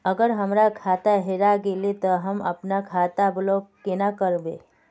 अगर हमर खाता हेरा गेले ते हम अपन खाता ब्लॉक केना करबे?